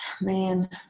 Man